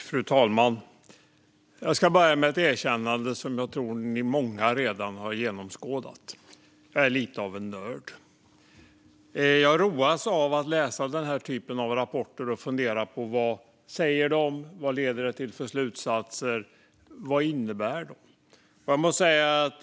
Fru talman! Jag ska börja med ett erkännande av något som jag tror att många av er redan har genomskådat; jag är lite av en nörd. Jag roas av att läsa den här typen av rapporter och fundera på vad de säger, vilka slutsatser de leder till och vad de innebär.